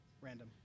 random